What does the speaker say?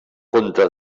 conte